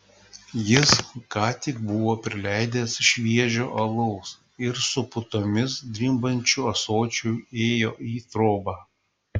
jis ką tik buvo prileidęs šviežio alaus ir su putomis drimbančiu ąsočiu ėjo į trobą